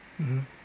mmhmm